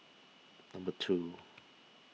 number two